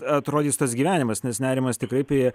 atrodys tas gyvenimas nes nerimas tikrai prie